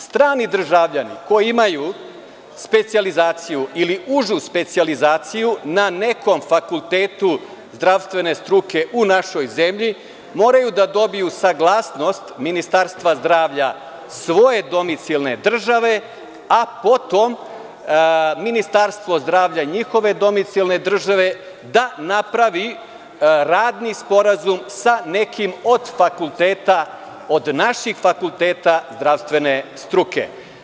Strani državljani koji imaju specijalizaciju ili užu specijalizaciju na nekom fakultetu zdravstvene struke u našoj zemlji, moraju da dobiju saglasnost Ministarstva zdravlja svoje domicijalne države, a potom Ministarstvo zdravlja njihove domicijalne države da napravi radni sporazum sa nekim od fakulteta, od naših fakulteta zdravstvene struke.